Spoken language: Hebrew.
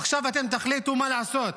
עכשיו אתם תחליטו מה לעשות,